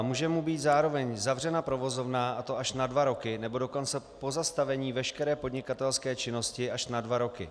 Může mu být zároveň zavřena provozovna, a to až na dva roky, nebo dokonce pozastavena veškerá podnikatelská činnost až na dva roky.